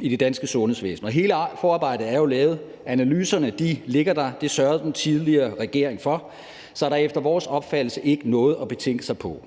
i det danske sundhedsvæsen. Og hele forarbejdet er jo lavet, analyserne ligger der, for det sørgede den tidligere regering for. Så der er efter vores opfattelse ikke noget at betænke sig på.